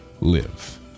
Live